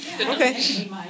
Okay